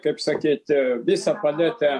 kaip sakyt visą paletę